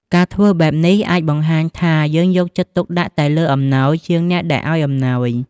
ការធ្វើបែបនេះអាចបង្ហាញថា យើងយកចិត្តទុកដាក់តែលើអំណោយជាងអ្នកដែលឲ្យអំណោយ។